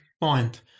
point